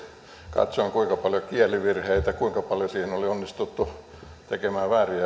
katsoin kuinka paljon oli kielivirheitä kuinka paljon siinä oli onnistuttu tekemään